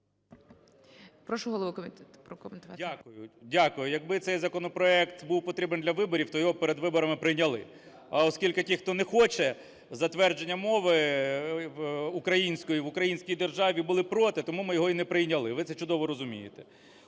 М.Л. Дякую. Дякую. Якби цей законопроект був потрібен для виборів, то його б перед виборами прийняли. А оскільки ті, хто не хоче затвердження мови української в українській державі, були проти, тому ми його і не прийняли, ви це чудово розумієте.